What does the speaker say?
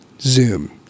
zoom